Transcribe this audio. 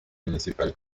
municipal